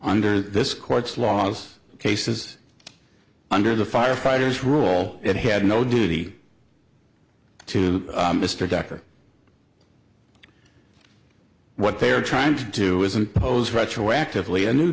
under this court's law's cases under the firefighters rule it had no duty to mr decker what they are trying to do is impose retroactively a new